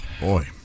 boy